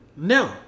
no